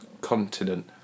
continent